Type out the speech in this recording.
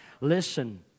Listen